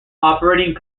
operating